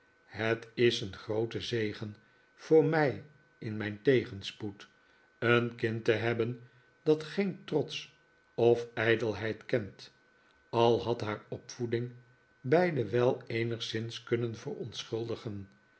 het is een groote zegen voor mij in mijn tegenspoed een kind te hebben dat geen trots of ijdelheid kent al had haar opvoeding beide wel eenigszins kunnen verontschuldigen